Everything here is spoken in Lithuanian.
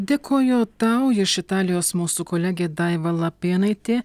dėkoju tau iš italijos mūsų kolegė daiva lapėnaitė